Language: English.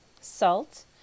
salt